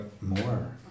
more